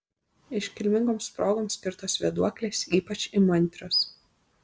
iškilmingoms progoms skirtos vėduoklės ypač įmantrios